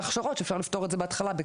תקציבים להכשרות שאפשר לפתור את זה בהתחלה.